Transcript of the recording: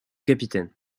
capitaine